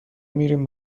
میریم